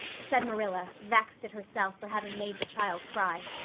said marilla, vexed at herself for having made the child cry.